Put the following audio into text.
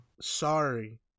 Sorry